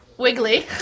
Wiggly